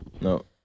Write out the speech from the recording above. no